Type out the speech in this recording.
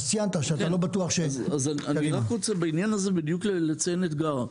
בעניין הזה בדיוק, אני רוצה לציין אתגר.